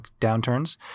downturns